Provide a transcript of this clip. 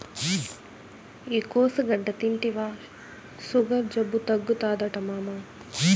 ఈ కోసుగడ్డ తింటివా సుగర్ జబ్బు తగ్గుతాదట మామా